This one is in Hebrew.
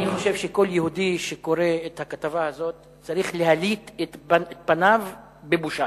אני חושב שכל יהודי שקורא את הכתבה הזאת צריך להליט את פניו בבושה,